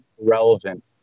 relevant